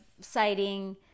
citing